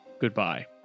Goodbye